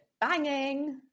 banging